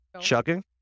chugging